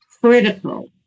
critical